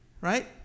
right